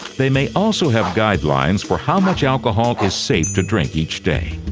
they may also have guidelines for how much alcohol is safe to drink each day.